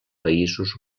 països